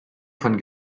von